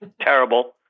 Terrible